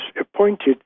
appointed